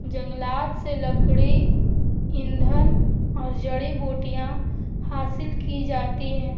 جنگلات سے لکڑی ایندھن اور جڑی بوٹیاں حاصل کی جاتی ہیں